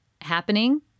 happening